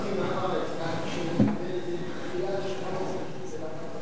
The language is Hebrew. ההצעה שלא לכלול